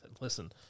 listen –